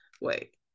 Wait